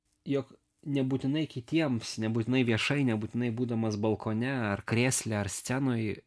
jog nebūtinai kitiems nebūtinai viešai nebūtinai būdamas balkone ar krėsle ar scenoj